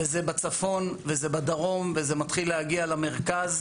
וזה בצפון, וזה בדרום, וזה מתחיל להגיע למרכז.